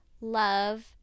love